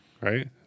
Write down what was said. right